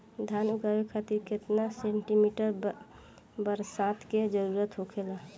धान उगावे खातिर केतना सेंटीमीटर बरसात के जरूरत होखेला?